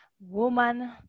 woman